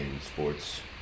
sports